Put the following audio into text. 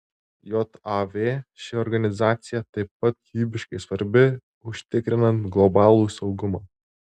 jav ši organizacija taip pat gyvybiškai svarbi užtikrinant globalų saugumą